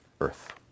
earth